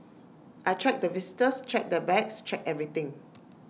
I check the visitors check their bags check everything